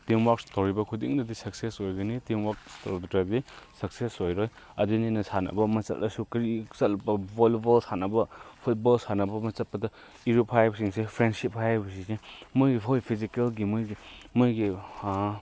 ꯇꯤꯝꯋꯥꯔꯛ ꯇꯧꯔꯤꯕ ꯈꯨꯗꯤꯡꯗꯨꯗ ꯁꯛꯁꯦꯁ ꯑꯣꯏꯒꯅꯤ ꯇꯤꯝꯋꯥꯔꯛ ꯇꯧꯗ꯭ꯔꯗꯤ ꯁꯛꯁꯦꯁ ꯑꯣꯏꯔꯣꯏ ꯑꯗꯨꯅꯤꯅ ꯁꯥꯟꯅꯕ ꯑꯃ ꯆꯠꯂꯁꯨ ꯀꯔꯤ ꯆꯠꯄ ꯕꯣꯜꯂꯤꯕꯣꯜ ꯁꯥꯟꯅꯕ ꯐꯨꯠꯕꯣꯜ ꯁꯥꯟꯅꯕ ꯑꯃ ꯆꯠꯄꯗ ꯏꯔꯨꯞ ꯍꯥꯏꯕꯁꯤꯡꯁꯦ ꯐ꯭ꯔꯦꯟꯁꯤꯞ ꯍꯥꯏꯕꯁꯤꯡꯁꯦ ꯃꯣꯏꯒꯤ ꯍꯣꯏ ꯐꯤꯖꯤꯀꯦꯜꯒꯤ ꯃꯣꯏꯒꯤ ꯃꯣꯏꯒꯤ